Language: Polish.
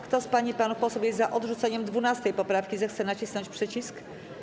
Kto z pań i panów posłów jest za odrzuceniem 12. poprawki, zechce nacisnąć przycisk.